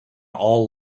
all